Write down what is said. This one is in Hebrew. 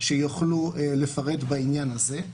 שיוכלו לפרט בעניין הזה.